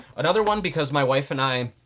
another one, because my wife and i,